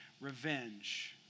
revenge